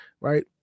Right